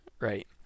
right